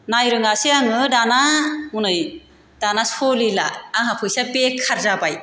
नाय रोङासै आङो दाना हनै दाना सोलिला आंहा फैसा बेखार जाबाय